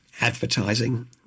advertising